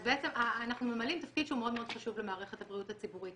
אז אנחנו ממלאים תפקיד שהוא מאוד מאוד חשוב במערכת הבריאות הציבורית.